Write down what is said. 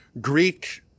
Greek